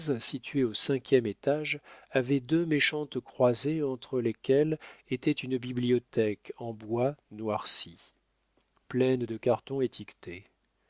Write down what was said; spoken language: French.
située au cinquième étage avait deux méchantes croisées entre lesquelles était une bibliothèque en bois noirci pleine de cartons